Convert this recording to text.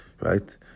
right